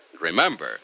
Remember